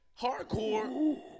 hardcore